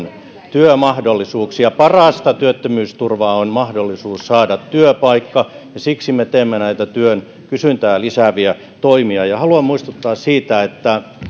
työmahdollisuuksia parasta työttömyysturvaa on mahdollisuus saada työpaikka ja siksi me teemme näitä työn kysyntää lisääviä toimia haluan muistuttaa siitä että